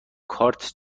کارت